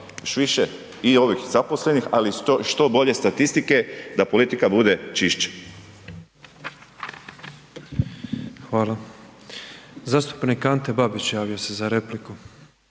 više i ovih zaposlenih ali i što bolje statistike da politika bude čišća. **Petrov, Božo (MOST)** Hvala. Zastupnik Ante Babić javio se za repliku.